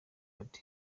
brig